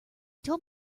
told